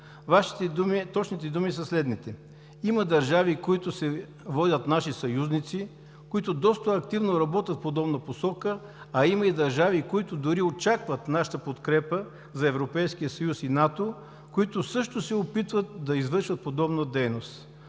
Вашите точни думи са следните: „Има държави, които се водят наши съюзници, които доста активно работят в подобна посока, а има и държави, които дори очакват нашата подкрепа за Европейския съюз и НАТО, които също се опитват да извършват подобна дейност“.